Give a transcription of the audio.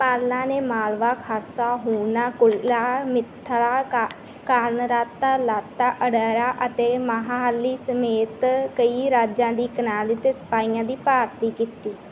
ਪਾਲਾ ਨੇ ਮਾਲਵਾ ਖਾਸਾ ਹੂਣਾ ਕੁਲਿਕਾ ਮਿਥਿਲਾ ਕਾ ਕਾਨਰਾਤਾ ਲਤਾ ਓਡਰਾ ਅਤੇ ਮਨਾਹਾਲੀ ਸਮੇਤ ਕਈ ਰਾਜਾਂ ਤੋਂ ਕਿਰਾਏ ਦੇ ਸਿਪਾਹੀਆਂ ਦੀ ਭਰਤੀ ਕੀਤੀ